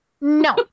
No